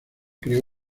creó